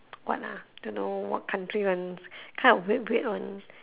what ah don't know what country one kind of weird weird [one]